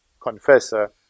confessor